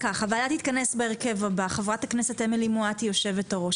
הוועדה תתכנס בהרכב הבא: חברת הכנסת אמילי מואטי יושבת הראש.